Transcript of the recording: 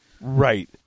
Right